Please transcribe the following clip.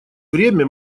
время